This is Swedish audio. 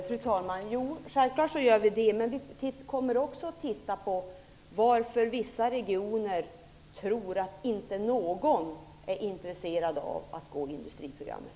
Fru talman! Självfallet gör vi det. Men vi kommer också att titta på varför man i vissa regioner tror att inte någon är intresserad av att gå industriprogrammet.